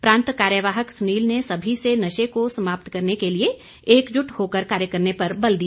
प्रांत कार्यवाहक सुनील ने सभी से नशे को समाप्त करने के लिए एकजुट होकर कार्य करने पर बल दिया